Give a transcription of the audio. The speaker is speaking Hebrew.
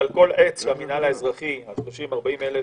שעל כל עץ שהמינהל האזרחי, ה-30,000, 40,000,